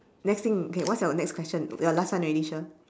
next thing okay what's your next question your last one already shir